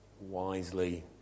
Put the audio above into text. Wisely